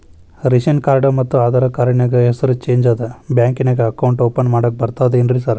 Ration card ಮತ್ತ Aadhaar card ನ್ಯಾಗ ಹೆಸರು ಚೇಂಜ್ ಅದಾ ಬ್ಯಾಂಕಿನ್ಯಾಗ ಅಕೌಂಟ್ ಓಪನ್ ಮಾಡಾಕ ಬರ್ತಾದೇನ್ರಿ ಸಾರ್?